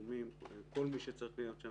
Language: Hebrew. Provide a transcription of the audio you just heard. ששומרים שכל מי שצריך להיות שם,